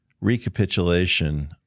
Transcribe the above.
recapitulation